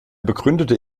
begründete